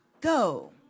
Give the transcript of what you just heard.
go